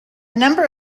number